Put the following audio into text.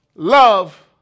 Love